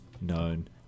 known